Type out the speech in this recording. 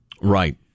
Right